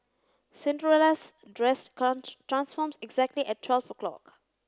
Cinderella's dress transforms exactly at twelve o'clock